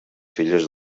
filles